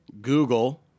Google